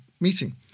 meeting